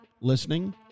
listening